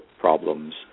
problems